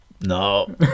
No